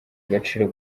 agaciro